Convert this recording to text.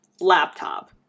Laptop